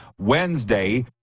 Wednesday